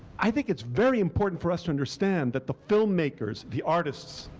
i think it's very important for us to understand that the filmmakers, the artists,